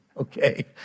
okay